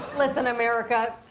listen, america.